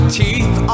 teeth